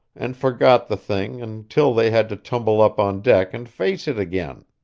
and forgot the thing until they had to tumble up on deck and face it again.